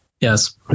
Yes